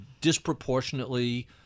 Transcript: disproportionately